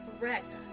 Correct